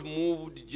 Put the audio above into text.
moved